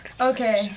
Okay